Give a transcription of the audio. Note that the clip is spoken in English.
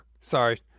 Sorry